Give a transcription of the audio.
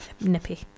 nippy